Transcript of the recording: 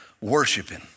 worshiping